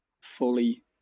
fully